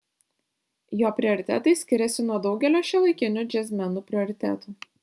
jo prioritetai skiriasi nuo daugelio šiuolaikinių džiazmenų prioritetų